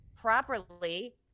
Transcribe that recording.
properly